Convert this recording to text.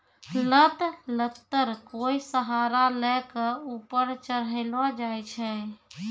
लत लत्तर कोय सहारा लै कॅ ऊपर चढ़ैलो जाय छै